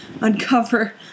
uncover